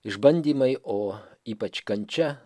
išbandymai o ypač kančia